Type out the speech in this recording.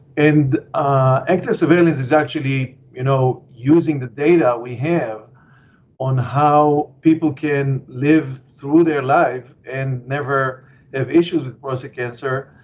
and active surveillance is actually you know using the data we have on how people can live through their life and never have issues with prostate cancer.